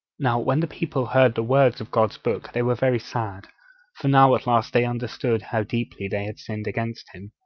now when the people heard the words of god's book they were very sad for now at last they understood how deeply they had sinned against him.